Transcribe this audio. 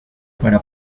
para